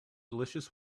delicious